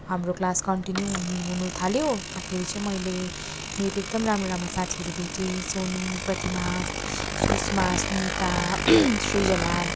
continue हुन हुनु थाल्यो हुँदाखेरि चाहिँ मैले मेरो एकदम राम्रो राम्रो साथीहरू भेटेँ सोनु प्रतिमा सुष्मा सुनिता सृजना